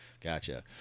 gotcha